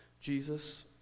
Jesus